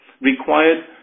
required